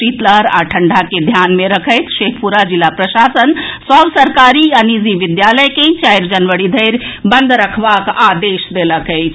शीतलहर आ ठंडा के ध्यान मे रखैत शेखपुरा जिला प्रशासन सभ सरकारी आ निजी विद्यालय के चारि जनवरी धरि बंद रखबाक आदेश देलक अछि